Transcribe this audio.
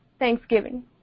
thanksgiving